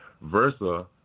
versa